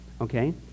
Okay